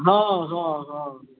हाँ हाँ हाँ